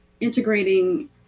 integrating